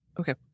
Okay